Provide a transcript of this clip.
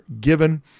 given